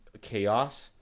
chaos